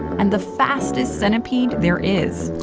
and the fastest centipede there is.